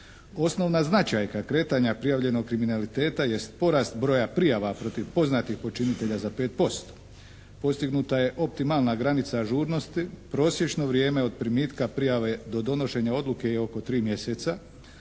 Osnovna značajka kretanja prijavljenog kriminaliteta jest porast broja prijava protiv poznatih počinitelja za 5%. Postignuta je optimalna granica ažurnosti, prosječno vrijeme od primitka prijave do donošenja odluke je oko 3 mjeseca,